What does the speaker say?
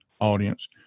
audience